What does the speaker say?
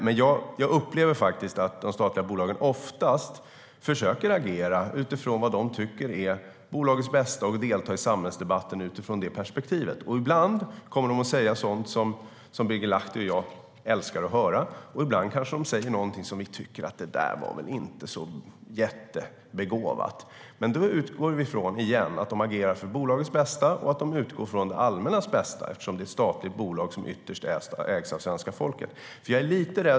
Men jag upplever att de statliga bolagen oftast försöker agera utifrån vad de tycker är bolagets bästa och att de deltar i samhällsdebatten utifrån det perspektivet. Ibland kommer de att säga sådant som Birger Lahti och jag älskar att höra, och ibland kanske de säger någonting som vi inte tycker var så jättebegåvat. Men då utgår vi igen från att de agerar för bolagets bästa och att de utgår från det allmännas bästa, eftersom det är ett statligt bolag som ytterst ägs av svenska folket.